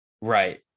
Right